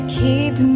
keep